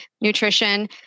nutrition